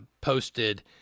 posted